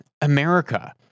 America